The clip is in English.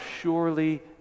surely